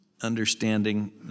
understanding